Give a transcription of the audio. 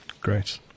Great